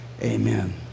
Amen